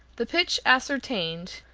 the pitch ascertained,